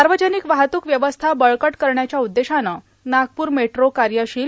सार्वजनिक वाहतूक व्यवस्था बळकट करण्याच्या उद्देशानं नागपूर मेट्रो कार्यशील